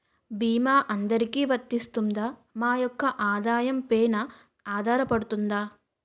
భీమా అందరికీ వరిస్తుందా? మా యెక్క ఆదాయం పెన ఆధారపడుతుందా?